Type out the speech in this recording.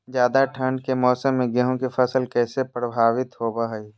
ज्यादा ठंड के मौसम में गेहूं के फसल कैसे प्रभावित होबो हय?